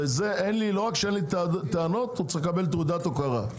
בזה לא רק שאין לי טענות - הוא צריך לקבל תעודת הוקרה.